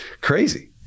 crazy